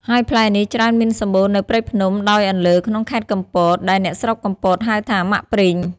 ហើយផ្លែនេះច្រើនមានសម្បូរនៅព្រៃភ្នំ ដោយអន្លើក្នុងខែត្រកំពត ដែលអ្នកស្រុកកំពតហៅថា មាក់ប្រិង។